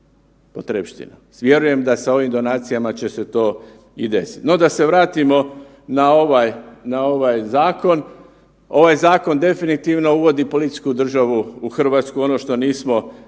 potrepština. Vjerujem da sa ovim donacijama će se to i desiti. No, da se vratimo na ovaj zakon, ovaj zakon definitivno uvodi političku državu u Hrvatsku, ono što nismo htjeli.